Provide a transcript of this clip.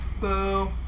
Boo